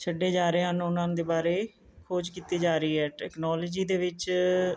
ਛੱਡੇ ਜਾ ਰਹੇ ਹਨ ਉਨ੍ਹਾਂ ਦੇ ਬਾਰੇ ਖੋਜ ਕੀਤੀ ਜਾ ਰਹੀ ਹੈ ਟੈਕਨੋਲਜੀ ਦੇ ਵਿੱਚ